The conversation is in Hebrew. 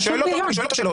אני שואל אותו שאלות.